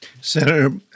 Senator